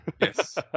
Yes